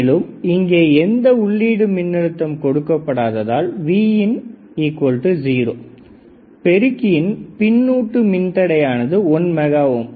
மேலும் இங்கே எந்த உள்ளீடு மின்னழுத்தம் கொடுக்கப்படாததால் Vin0 பெருக்கியின் பின்னுட்டு மின்தடை ஆனது1 மெகா ஓம்